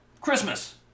Christmas